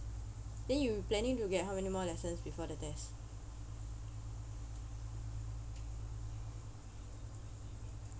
then you planning to get how many more lessons before the test